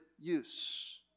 use